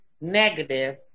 negative